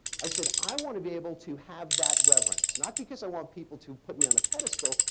i said i want to be able to have that reverence. not because i want people to put me on a pedestal,